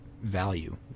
value